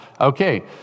Okay